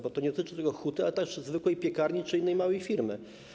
Bo to nie dotyczy tylko huty, ale też zwykłej piekarni czy innej małej firmy.